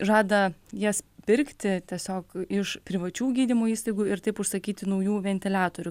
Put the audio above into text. žada jas pirkti tiesiog iš privačių gydymo įstaigų ir taip užsakyti naujų ventiliatorių